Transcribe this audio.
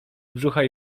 brzucha